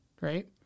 right